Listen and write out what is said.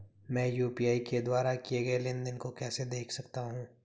मैं यू.पी.आई के द्वारा किए गए लेनदेन को कैसे देख सकता हूं?